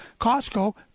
Costco